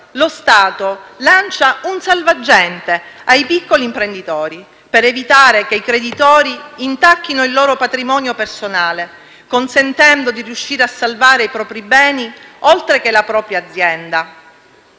lo Stato lancia un salvagente ai piccoli imprenditori per evitare che i creditori intacchino il loro patrimonio personale, consentendo di riuscire a salvare i propri beni oltre che la propria azienda;